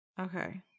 Okay